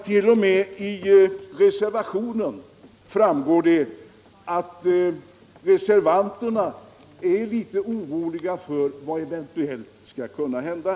T. o. m. reservanterna är litet oroliga för vad som eventuellt skall kunna hända.